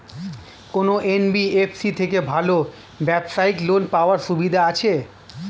কোন এন.বি.এফ.সি থেকে ভালো ব্যবসায়িক লোন পাওয়ার সুবিধা আছে?